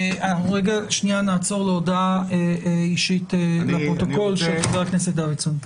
אנחנו נעצור להודעה אישית לפרוטוקול של חבר הכנסת דוידסון.